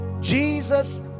Jesus